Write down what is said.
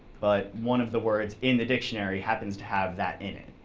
but one of the words in the dictionary happens to have that in it.